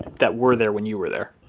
that were there when you were there.